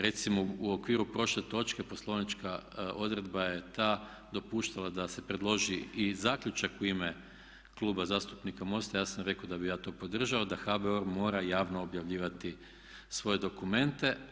Recimo u okviru prošle točke poslovnička odredba je ta dopuštala da se predloži i zaključak u ime Kluba zastupnika MOST-a, ja sam rekao da bih ja to podržao da HBOR mora javno objavljivati svoje dokumente.